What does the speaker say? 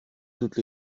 toutes